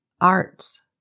Arts